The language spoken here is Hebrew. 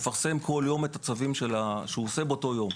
שמפרסם בכל יום את הצווים שהוא מגיש באותו יום,